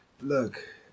look